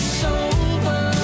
sober